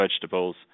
vegetables